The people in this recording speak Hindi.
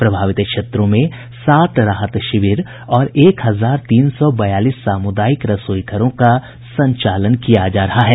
प्रभावित क्षेत्रों में सात राहत शिविर और एक हजार तीन सौ बयालीस सामुदायिक रसोई घरों का संचालन किया जा रहा है